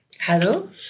Hello